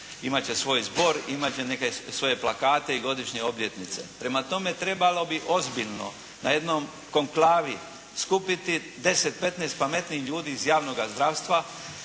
imat će svoj zbor, imat će neke svoje plakate i godišnje obljetnice. Prema tome, trebalo bi ozbiljno na jednom konklavi skupiti deset, petnaest pametnijih ljudi iz javnoga zdravstva,